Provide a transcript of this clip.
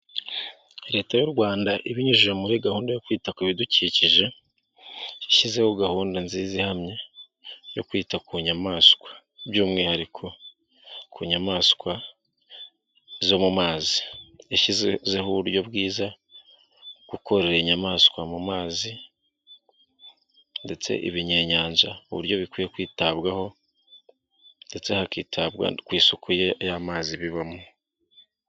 Leta y'u Rwanda ibinyujije muri gahunda yo kwita ku bidukikije, yashyizeho gahunda nziza ihamye yo kwita ku nyamaswa by'umwihariko ku nyamaswa zo mu mazi. Yashyizeho uburyo bwiza bwo kororera inyamaswa mu mazi ndetse ibinyenyanja uburyo bikwiye kwitabwaho ndetse hakitabwa ku isuku y'amazi bibamo.